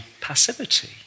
passivity